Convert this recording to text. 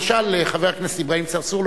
למשל על חבר הכנסת אברהים צרצור,